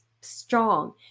strong